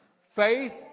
Faith